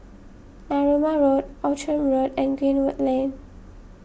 Narooma Road Outram Road and Greenwood Lane